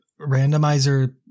randomizer